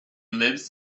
lives